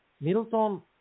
Middleton